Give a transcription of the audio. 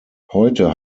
heute